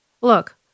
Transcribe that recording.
Look